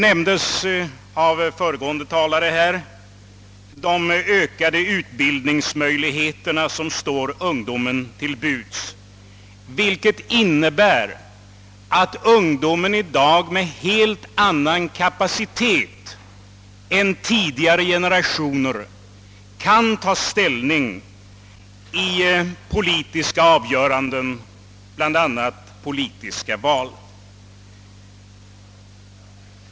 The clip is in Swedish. Föregående talare nämnde de ökade utbildningsmöjligheterna som står ungdomen till buds. Dessa ökade möjligheter innebär att ungdomen i dag med en helt annan kapacitet än tidigare generationer hade kan ta ställning i politiska avgöranden, bl.a. i politiska val.